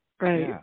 right